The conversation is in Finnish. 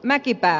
mäkipää